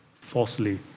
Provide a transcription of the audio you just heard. falsely